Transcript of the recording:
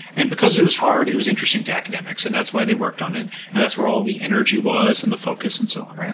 because it was hard, it was interesting to academics, and that's why they worked on it and that's where all the energy was and the focus and so on.